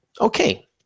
Okay